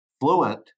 fluent